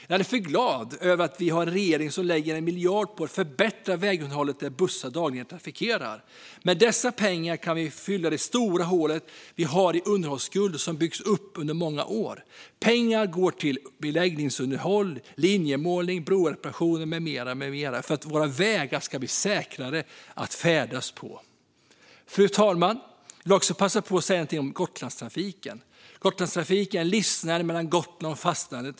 Jag är därför glad över att vi har en regering som lägger 1 miljard på att förbättra vägunderhållet där bussar dagligen trafikerar. Med dessa pengar kan vi fylla det stora hål som vi har i underhållsskuld och som byggts upp under många år. Pengar kommer att gå till beläggningsunderhåll, linjemålning, broreparationer med mera för att våra vägar ska bli säkrare att färdas på. Jag vill också passa på att säga någonting om Gotlandstrafiken. Gotlandstrafiken är en livsnerv mellan Gotland och fastlandet.